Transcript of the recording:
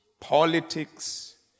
Politics